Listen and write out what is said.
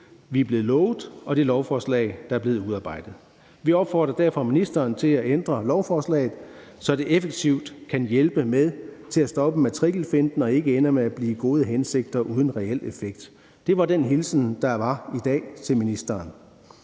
vi er blevet lovet, og det lovforslag, der er blevet udarbejdet. Vi opfordrer derfor ministeren til at ændre lovforslaget, så det effektivt kan hjælpe med at stoppe matrikelfinten og ikke ender med at blive gode hensigter uden reel effekt. Det var den hilsen, der var i dag til ministeren.